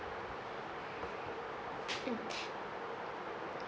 mm